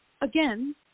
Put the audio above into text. again